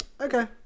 okay